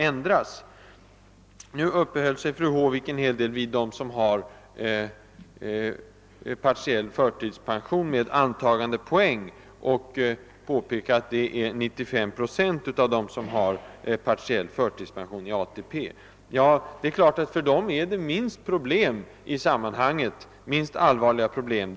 Fru Håvik uppehöll sig en hel del vid dem som har partiell förtidspension med antagandepoäng och påpekade att de utgör 85—95 procent av dem som har partiell förtidspension inom ATP. Ja, för dem är problemen i sammanhanget minst allvarliga — det är riktigt.